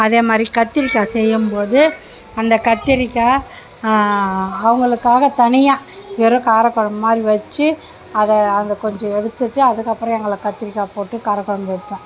அதே மாதிரி கத்திரிக்காய் செய்யிம் போது அந்த கத்திரிக்காய் அவங்களுக்காக தனியாக வெறும் கார குழம்பு மாதிரி வச்சு அதை அதை கொஞ்சம் எடுத்துகிட்டு அதுக்கு அப்புறம் எங்களுக்கு கத்திரிக்காய் போட்டு கார குழம்பு வைப்பேன்